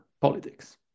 politics